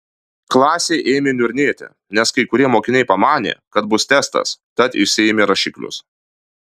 klasė ėmė niurnėti nes kai kurie mokiniai pamanė kad bus testas tad išsiėmė rašiklius